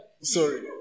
Sorry